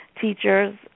teachers